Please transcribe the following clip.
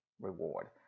reward